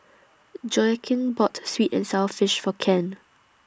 Joaquin bought Sweet and Sour Fish For Ken